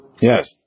Yes